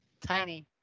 Tiny